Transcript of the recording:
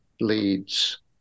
leads